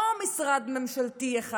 לא משרד ממשלתי אחד.